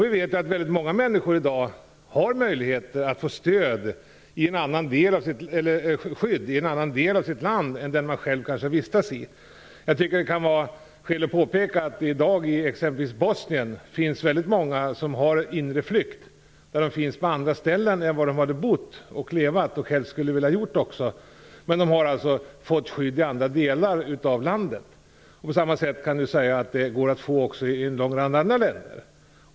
Vi vet att väldigt många människor i dag har möjligheter att få skydd i en annan del av sitt land än den som man kanske vistas i. Jag tycker att det kan finnas skäl att påpeka att det i dag i t.ex. Bosnien finns väldigt många som befinner sig på inre flykt. De finns på andra ställen än där de har bott och levt och helst skulle vilja leva. Men de har alltså fått skydd i andra delar av landet. På samma sätt går det att få i en lång rad andra länder.